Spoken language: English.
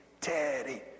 Teddy